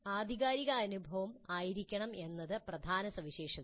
ആധികാരിക അനുഭവം ആയിരിക്കണം എന്നതാണ് പ്രധാന സവിശേഷത